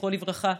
זכרו לברכה,